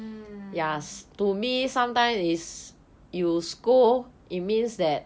mm